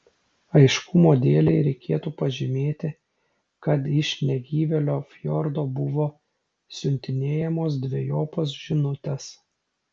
aiškumo dėlei reikėtų pažymėti kad iš negyvėlio fjordo buvo siuntinėjamos dvejopos žinutės